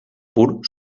pur